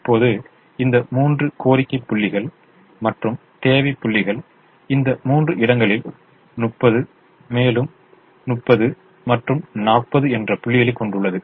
இப்போது இந்த மூன்று கோரிக்கை புள்ளிகள் மற்றும் தேவை புள்ளிகள் இந்த மூன்று இடங்களில் 30 மேலும் 30 மற்றும் 40 என்று புள்ளிகளை கொண்டுள்ளது